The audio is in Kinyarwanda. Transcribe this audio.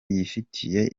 yifitiye